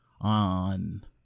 on